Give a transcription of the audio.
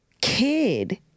kid